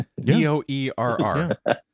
D-O-E-R-R